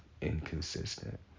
inconsistent